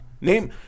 Name